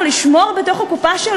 ודעת המיעוט יש לה טעמים כבדי משקל,